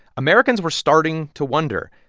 americans were starting to wonder,